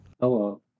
Hello